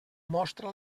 mostra